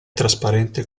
trasparente